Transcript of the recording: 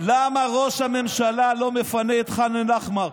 למה ראש הממשלה לא מפנה את ח'אן אל-אחמר?